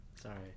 Sorry